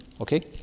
Okay